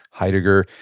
heidegger,